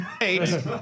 eight